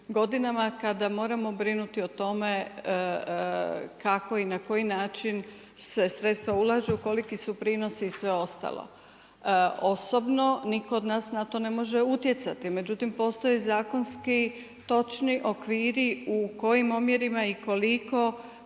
godinama kada moramo brinuti o tome kako i na koji način se sredstva ulažu, koliki su prinosi i sve ostalo. Osobno nitko od nas na to ne može utjecati, međutim postoje zakonski točni okviri u kojim omjerima i koliko